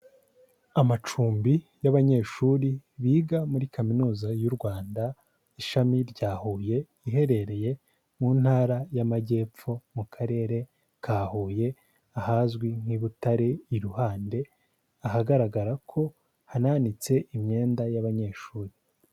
Amacumbi y'abanyeshuri biga muri Kaminuza y'u Rwanda ishami rya Huye, iherereye mu ntara y'Amajyepfo mu karere ka Huye ahazwi nk'i Butare Iruhande, ahagaragara ko hananitse imyenda y'abanyeshuri.